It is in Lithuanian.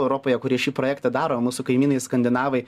europoje kurie šį projektą daro o mūsų kaimynai skandinavai